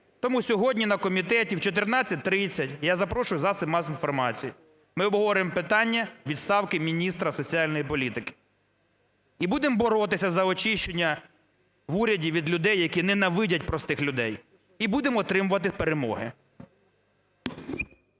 Тому сьогодні на комітеті о 14:30, я запрошую засоби масової інформації, ми обговоримо питання відставки міністра соціальної політики. І будемо боротися за очищення в уряді людей, які ненавидять простих людей, і будемо отримувати перемоги.